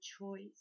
choice